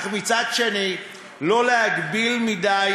אך מצד שני לא להגביל מדי,